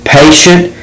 patient